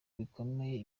bikomeye